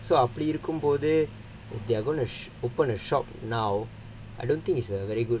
so I'll play the combination they're they're gonna open a shop now I don't think it's a very good